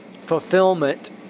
fulfillment